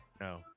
No